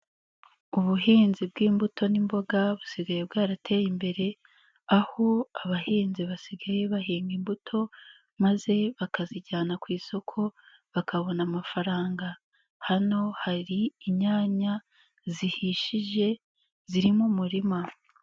Ubuhinzi bw'imbuto n'imboga busigaye bwarateye imbere aho abahinzi basigaye bahinga imbuto maze bakazijyana ku isoko bakabona amafaranga, hano hari inyanya zihishije ziri mu murima.